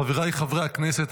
חבריי חברי הכנסת,